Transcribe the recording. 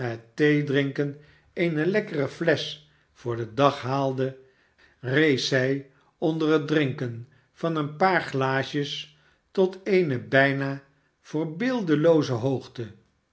theedrinken eene lekkere flesch voor den dag haalde rees zij onder het drinken van een paar glaasjes tot eene bijna voorbeeldelooze hoogte